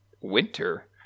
winter